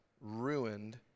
ruined